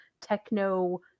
techno